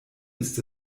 ist